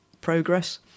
progress